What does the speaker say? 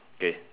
K